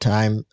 Time